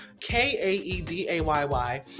k-a-e-d-a-y-y